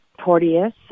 Porteus